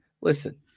listen